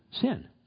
sin